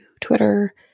Twitter